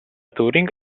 turing